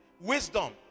wisdom